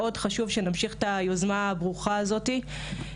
חשוב מאוד שנמשיך את היוזמה הברוכה הזאת.